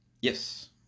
Yes